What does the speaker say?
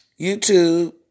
YouTube